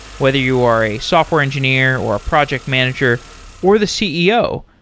whether you are a software engineer or a project manager or the ceo,